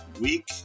week